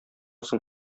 соң